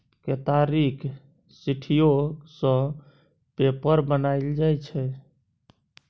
केतारीक सिट्ठीयो सँ पेपर बनाएल जाइ छै